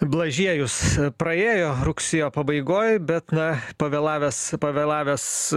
blažiejus praėjo rugsėjo pabaigoj bet na pavėlavęs pavėlavęs